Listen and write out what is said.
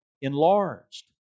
enlarged